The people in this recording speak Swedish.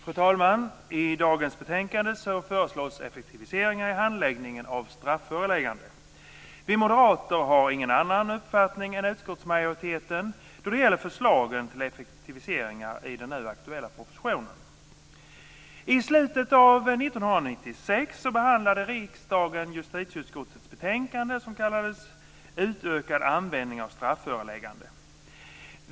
Fru talman! I dagens betänkande föreslås effektiviseringar i handläggningen av strafföreläggande. Vi moderater har ingen annan uppfattning än utskottsmajoriteten då det gäller förslagen till effektiviseringar i den nu aktuella propositionen. I slutet av 1996 behandlade riksdagen justitieutskottets betänkande Utökad användning av strafföreläggande.